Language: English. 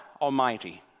Almighty